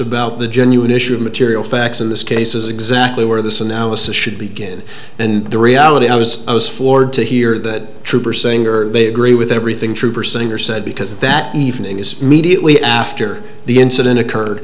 about the genuine issue of material facts in this case is exactly where this analysis should be good and the reality i was i was floored to hear that trooper saying or agree with everything trooper senator said because that evening is mediately after the incident occurred